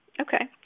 Okay